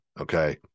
okay